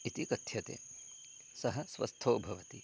इति कथ्यते सः स्वस्थो भवति